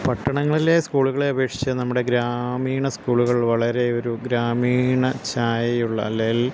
പട്ടണങ്ങളിലെ സ്കൂളുകളെ അപേക്ഷിച്ച് നമ്മുടെ ഗ്രാമീണ സ്കൂളുകൾ വളരെ ഒരു ഗ്രാമീണ ഛായയുള്ള അല്ലെങ്കിൽ